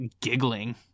giggling